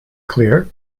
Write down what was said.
clear